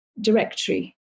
directory